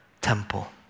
temple